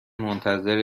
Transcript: منتظر